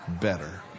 better